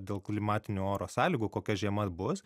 dėl klimatinių oro sąlygų kokia žiema bus